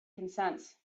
consents